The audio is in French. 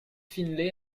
finlay